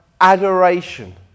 adoration